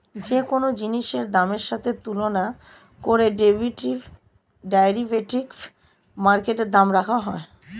যে কোন জিনিসের দামের সাথে তুলনা করে ডেরিভেটিভ মার্কেটে দাম রাখা হয়